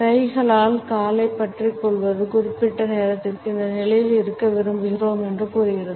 கைகளால் காலைப் பற்றிக் கொள்வது குறிப்பிட்ட நேரத்திற்கு இந்த நிலையில் இருக்க விரும்புகிறோம் என்று கூறுகிறது